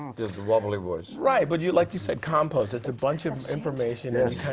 did the wobbly voice. right, but you, like you said, compost. it's a bunch of information, and